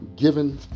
given